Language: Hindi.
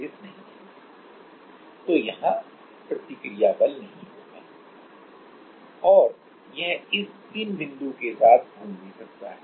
तो यहां प्रतिक्रिया बल नहीं होगा और यह इस पिन बिंदु के साथ घूम भी सकता है